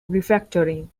refactoring